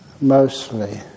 mostly